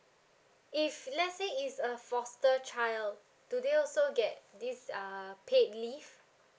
if let's say it's a foster child do they also get this uh paid leave